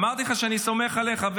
אמרתי לך שאני סומך עליך,